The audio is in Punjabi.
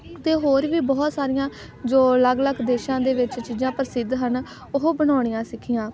ਅਤੇ ਹੋਰ ਵੀ ਬਹੁਤ ਸਾਰੀਆਂ ਜੋ ਅਲੱਗ ਅਲੱਗ ਦੇਸ਼ਾਂ ਦੇ ਵਿੱਚ ਚੀਜ਼ਾਂ ਪ੍ਰਸਿੱਧ ਹਨ ਉਹ ਬਣਾਉਣੀਆਂ ਸਿੱਖੀਆਂ